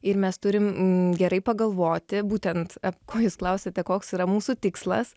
ir mes turim gerai pagalvoti būtent ko jūs klausiate koks yra mūsų tikslas